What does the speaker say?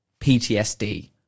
PTSD